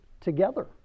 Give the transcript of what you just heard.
together